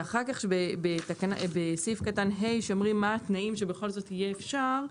ואחר כך בסעיף קטן ה' שאומרים מה התנאים שבכל זאת יהיה אפשר,